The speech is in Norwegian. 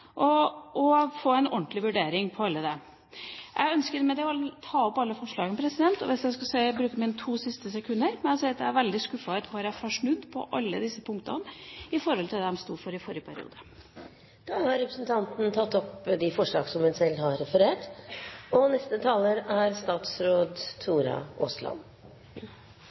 og å få en ordentlig vurdering av alle dem. Jeg ønsker med det å ta opp alle forslagene. Så vil jeg bruke de to siste sekunder av min taletid til å si at jeg er veldig skuffet over at Kristelig Folkeparti har snudd på alle disse punktene i forhold til det de sto for i forrige periode. Da har representanten Trine Skei Grande tatt opp de forslagene hun refererte til. Stortingsrepresentantene Trine Skei Grande og